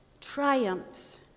triumphs